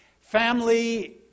family